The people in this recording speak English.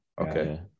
Okay